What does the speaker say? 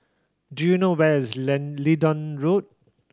do you know where is Leedon Road